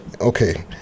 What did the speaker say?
okay